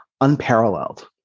unparalleled